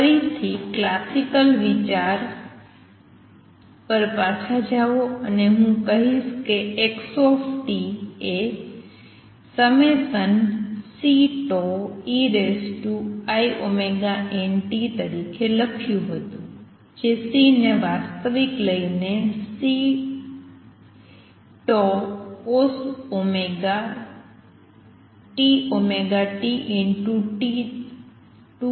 ફરીથી ક્લાસિકલ વિચાર પર પાછા જાઓ અને હું કહીશ કે x એ ∑Ceiωnt તરીકે લખ્યું હતું જે C ને વાસ્તવિક લઈને 2Ccos⁡τωt તરીકે લખી શકાય છે